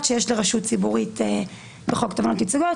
שיש לרשות ציבורית בחוק תובענות ייצוגיות,